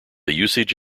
usage